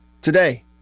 today